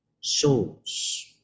souls